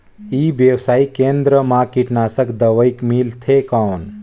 ई व्यवसाय केंद्र मा कीटनाशक दवाई मिलथे कौन?